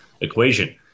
equation